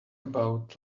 about